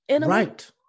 Right